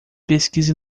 pesquise